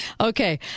Okay